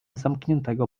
zamkniętego